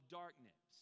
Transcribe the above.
darkness